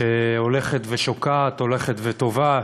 שהולכת ושוקעת, הולכת וטובעת,